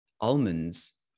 almonds